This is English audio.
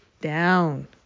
down